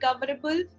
recoverable